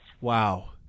Wow